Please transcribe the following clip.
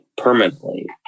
Permanently